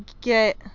Get